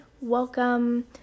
welcome